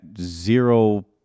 zero